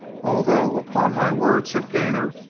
although, upon my word, said gainor,